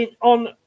On